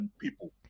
people